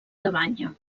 cabanya